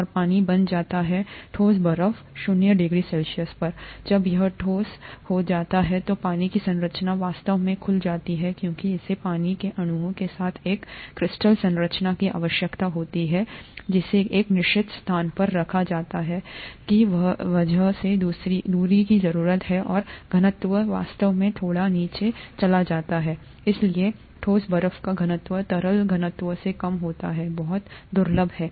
और पानी बन जाता है ठोस बर्फ 0 डिग्री सेल्सियस पर जब यह ठोस हो जाता है तो पानी की संरचना वास्तव में खुल जाती है क्योंकि इसे पानी के अणुओं के साथ एक क्रिस्टल संरचना की आवश्यकता होती है जिसे एक निश्चित स्थान पर रखा जाता है की वजह से दूरी की जरूरत है और घनत्व वास्तव में थोड़ा नीचे चला जाता है और इसलिए ठोस बर्फ का घनत्व तरल घनत्व से कम है बहुत दुर्लभ है